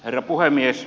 herra puhemies